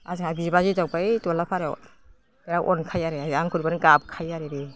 आरो जोंहा बिबाजै दं बै दरला फारायाव बेराद अनखायो आरो आंखौ नुबानो गाबखायो आरो बियो